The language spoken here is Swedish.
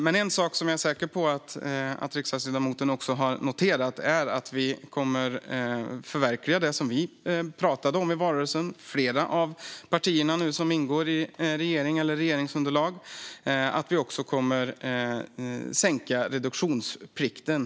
Men en sak som jag är säker på att riksdagsledamoten också har noterat är att vi kommer att förverkliga det som flera av partierna som nu ingår i regeringen eller regeringsunderlaget pratade om i valrörelsen: Vi kommer att sänka reduktionsplikten.